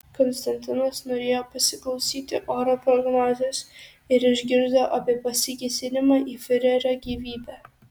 konstantinas norėjo pasiklausyti oro prognozės ir išgirdo apie pasikėsinimą į fiurerio gyvybę